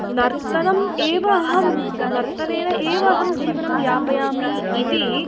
नर्तनम् एव अहं नर्तनेन एव अहं जीवनं यापयामि इति